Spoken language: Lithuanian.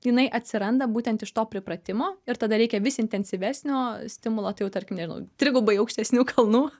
jinai atsiranda būtent iš to pripratimo ir tada reikia vis intensyvesnio stimulo tai jau tarkim nežinau trigubai aukštesnių kalnų